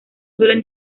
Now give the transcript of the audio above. suele